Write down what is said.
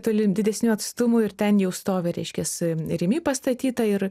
toli didesniu atstumu ir ten jau stovi reiškias rimi pastatyta ir